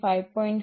5 5